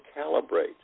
calibrate